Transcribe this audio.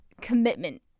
commitment